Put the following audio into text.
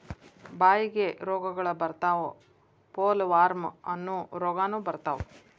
ಬಾಯಿಗೆ ರೋಗಗಳ ಬರತಾವ ಪೋಲವಾರ್ಮ ಅನ್ನು ರೋಗಾನು ಬರತಾವ